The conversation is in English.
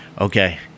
Okay